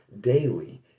daily